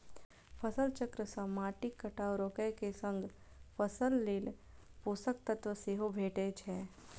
फसल चक्र सं माटिक कटाव रोके के संग फसल लेल पोषक तत्व सेहो भेटै छै